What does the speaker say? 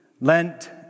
Lent